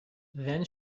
then